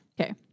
Okay